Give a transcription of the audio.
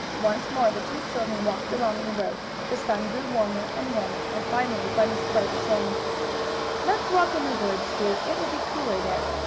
once more the two children walked along the road. the sun grew warmer and warmer, and finally bunny spoke, saying let's walk in the woods, sue. it will be cooler there.